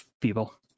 people